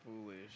Foolish